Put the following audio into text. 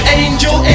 angel